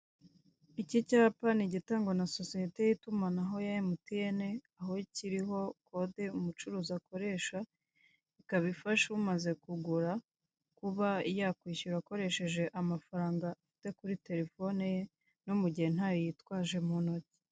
Ikiraro kinini gikomeye gifite umuhanda hejuru n'undi muhanda uca munsi yacyo, hejuru hari kunyuramo ikinyabiziga gitwara abagenzi, munsi y'ikiraro hari umuhanda uri kunyuramo ibinyabiziga bitandukanye harimo imodoka, ipikipiki n'amagare.